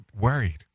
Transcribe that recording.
Worried